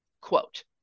Quote